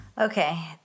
Okay